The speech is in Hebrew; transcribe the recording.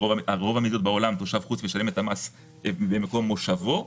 ברוב המדינות בעולם תושב חוץ משלם את המס במקום מושבו,